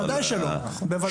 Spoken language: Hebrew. בוודאי שלא, בוודאי שלא.